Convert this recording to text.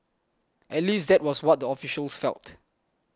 at least that was what the officials felt